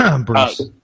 Bruce